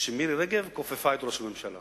שמירי רגב כופפה את ראש הממשלה